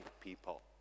people